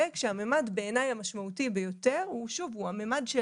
הממד המשמעותי ביותר בעיניי הוא הממד של